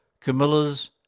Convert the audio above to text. Camilla's